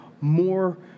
more